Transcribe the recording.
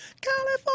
California